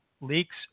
Leaks